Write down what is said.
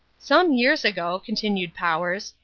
some years ago, continued powers,